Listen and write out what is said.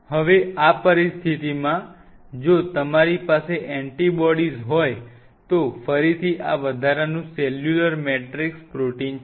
હવે આ પરિસ્થિતિમાં જો તમારી પાસે એન્ટિબોડીઝ હોય તો ફરીથી આ વધારાનું સેલ્યુલર મેટ્રિક્સ પ્રોટીન છે